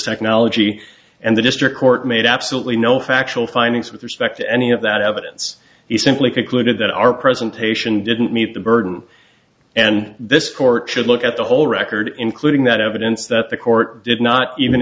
technology and the district court made absolutely no factual findings with respect to any of that evidence he simply concluded that our presentation didn't meet the burden and this court should look at the whole record including that evidence that the court did not even